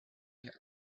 had